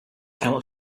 camel